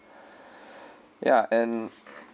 ya and